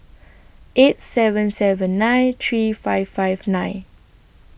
eight seven seven nine three five five nine